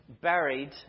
buried